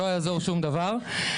לא יעזור שום דבר.